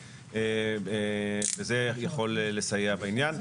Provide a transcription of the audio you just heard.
וזה יכול לסייע בעניין.